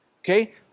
okay